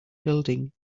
building